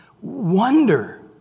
wonder